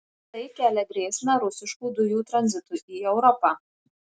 tai kelia grėsmę rusiškų dujų tranzitui į europą